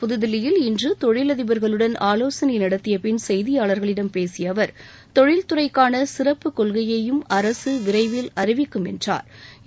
புதுதில்லியில் இன்று தொழிலதிபா்களுடன் ஆலோசனை நடத்திய பின் செய்தியாளா்களிடம் பேசிய அவா் தொழில் துறைக்கான சிறப்புக் கொள்கையும் அரசு விரைவில் அறிவிக்கும் என்றாா்